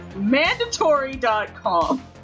Mandatory.com